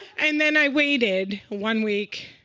and then i waited. one week,